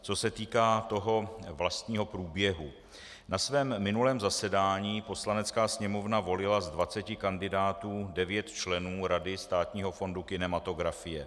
Co se týká vlastního průběhu, na svém minulém zasedání Poslanecká sněmovna volila z dvaceti kandidátů devět členů Rady Státního fondu kinematografie.